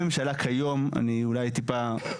בממשלה כיום, אני אולי טיפה,